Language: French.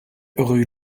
rue